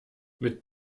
mit